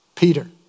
Peter